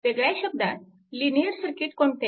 वेगळ्या शब्दात linear circuit कोणते